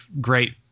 great